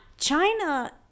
China